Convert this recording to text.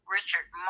Richard